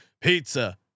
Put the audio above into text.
pizza